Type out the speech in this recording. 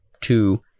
two